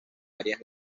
áreas